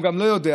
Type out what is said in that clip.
הוא גם לא יודע,